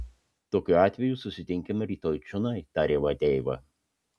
tokiu atveju susitinkame rytoj čionai tarė vadeiva